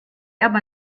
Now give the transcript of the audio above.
aber